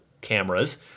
cameras